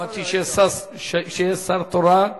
אמרתי שיש שר תורן,